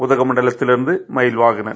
உதகமண்டலத்திலிருந்து Mayilvahanan